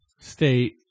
state